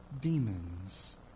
demons